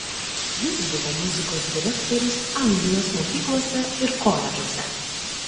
jis buvo muzikos direktorius anglijos mokyklose ir koledžuose